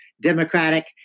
democratic